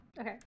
Okay